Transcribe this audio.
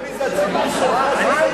אדוני,